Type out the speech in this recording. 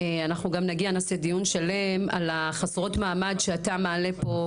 אנחנו גם נגיע לזה ונעשה דיון שלם על חסרות המעמד שאתה מעלה פה.